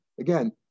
again